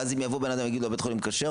ואז אם יבוא בן אדם ויגיד לו: הבית חולים כשר?